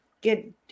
get